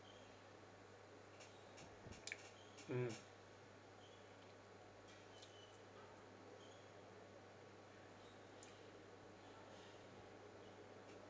mm